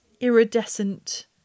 iridescent